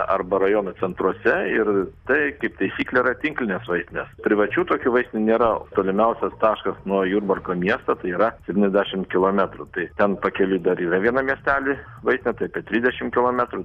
arba rajonų centruose ir tai kaip taisyklė yra tinklinės vaistinės privačių tokių vaistinių nėra tolimiausias taškas nuo jurbarko miesto tai yra septyniasdešim kilometrų tai ten pakeliui dar yra vienam miestely vaistinė tai apie trisdešim kilometrų